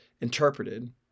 interpreted